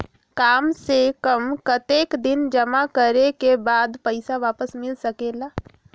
काम से कम कतेक दिन जमा करें के बाद पैसा वापस मिल सकेला?